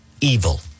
evil